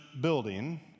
building